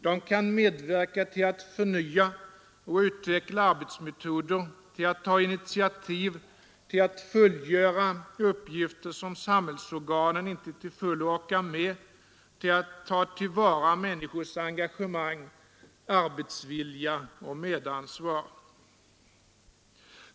De kan medverka till att förnya och utveckla arbetsmetoder, att ta initiativ, att fullgöra uppgifter som samhällsorganen inte till fullo orkar med, att ta till vara människors engagemang, arbetsvilja och medansvar.